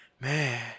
man